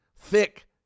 thick